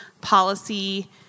policy